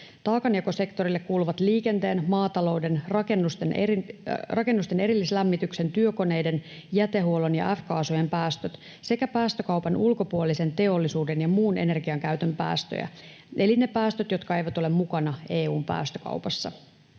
Taakanjakosektorille kuuluvat liikenteen, maatalouden, rakennusten erillislämmityksen, työkoneiden, jätehuollon ja F-kaasujen päästöt sekä päästökaupan ulkopuolisen teollisuuden ja muun energian käytön päästöjä, eli ne päästöt jotka eivät ole mukana EU:n päästökaupassa.